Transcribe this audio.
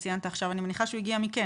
אני מניחה שהוא הגיע מכם.